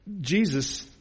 Jesus